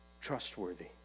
trustworthy